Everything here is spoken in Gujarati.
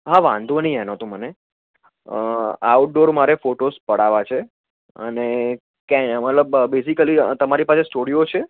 હા વાંધો નહીં એનો તો મને આઉટડોર મારે ફોટોસ પડાવવા છે અને ક્યાંય મતલબ બેઝિકલી તમારી પાસે સ્ટુડિયો છે